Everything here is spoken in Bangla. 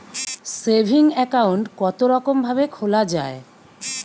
সেভিং একাউন্ট কতরকম ভাবে খোলা য়ায়?